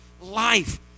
life